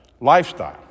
lifestyle